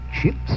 Chips